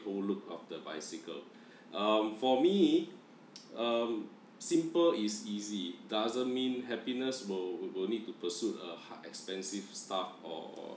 whole look of the bicycle um for me um simple is easy doesn't mean happiness will will need to pursuit a ha~ expensive stuff or or